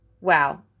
wow